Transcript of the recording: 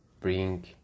bring